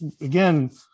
again